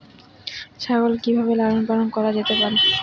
ছাগল কি ভাবে লালন পালন করা যেতে পারে?